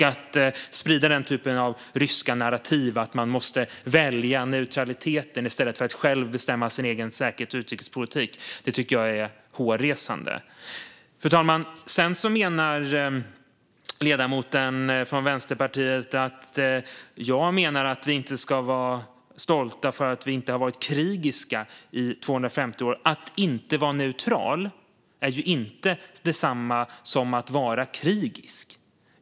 Att sprida den typen av ryska narrativ, att man måste välja neutralitet i stället för att själv bestämma sin egen säkerhets och utrikespolitik, tycker jag är hårresande. Fru talman! Ledamoten från Vänsterpartiet antyder att jag menar att vi inte ska vara stolta för att vi inte har varit krigiska i 250 år. Att inte vara neutral är inte detsamma som att vara krigisk.